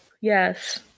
yes